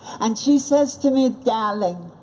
and she says to me, darling,